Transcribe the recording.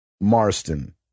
Marston